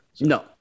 No